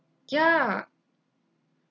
ya